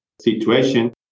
situation